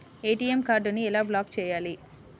ATM కార్డుని ఎలా block చేయాలి?